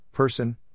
person